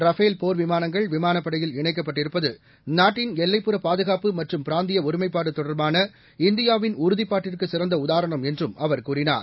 Rafale போர் விமானங்கள் விமானப் படையில் இணைக்கப்பட்டிருப்பது நாட்டின் எல்லைப்புற பாதுகாப்பு மற்றும் பிராந்திய ஒருமைப்பாடு தொடர்பான இந்தியாவின் உறுதிப்பாட்டிற்கு சிறந்த உதாரணம் என்றும் அவர் கூறினார்